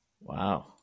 Wow